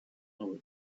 our